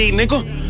nigga